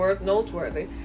noteworthy